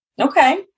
Okay